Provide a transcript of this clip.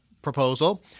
proposal